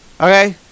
okay